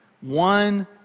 One